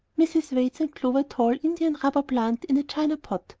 mrs. wade sent clover a tall india-rubber plant in a china pot,